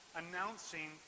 announcing